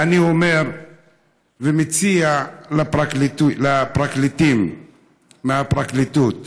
ואני אומר ומציע לפרקליטים מהפרקליטות